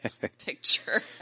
picture